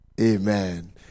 Amen